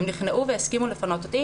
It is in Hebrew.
הם נכנעו והסכימו לפנות אותי,